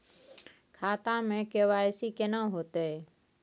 खाता में के.वाई.सी केना होतै?